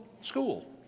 school